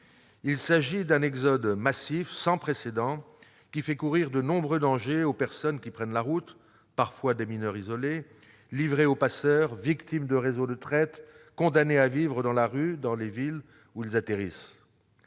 pays. Cet exode sans précédent fait courir de nombreux dangers aux personnes qui prennent la route- parfois des mineurs isolés -, livrées aux passeurs, victimes des réseaux de traite, condamnées à vivre dans la rue, dans les villes où elles atterrissent.